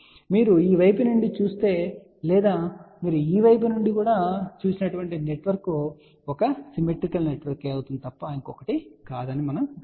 మీరు ఈ వైపు నుండి చూస్తే లేదా మీరు ఈ వైపు నుండి చూడగలిగే నెట్వర్క్ ఒక సిమెట్రికల్ నెట్వర్క్ తప్ప మరొకటి కాదు అని మనం గమనించవచ్చు